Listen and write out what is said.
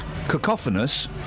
cacophonous